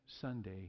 sunday